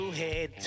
head